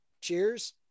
Cheers